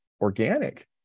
organic